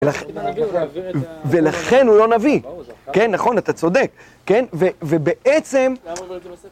ולכן הוא לא נביא, כן נכון אתה צודק, כן ובעצם..